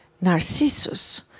Narcissus